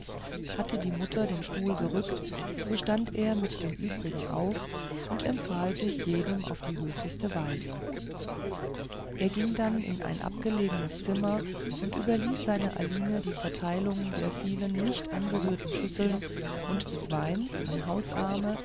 hatte die mutter den stuhl gerückt so stand er mit den übrigen auf und empfahl sich jedem auf die höflichste weise er ging dann in ein abgelegenes zimmer und überließ seiner aline die verteilung der vielen nicht angerührten schüsseln und des weins an hausarme